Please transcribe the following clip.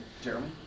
Jeremy